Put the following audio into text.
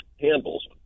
handles